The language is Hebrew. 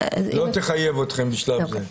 היא לא תחייב אתכם בשלב זה.